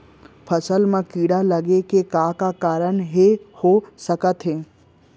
फसल म कीड़ा लगे के का का कारण ह हो सकथे?